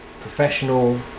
Professional